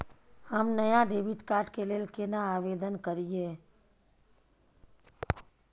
हम नया debit card के लेल केना आवेदन करियै?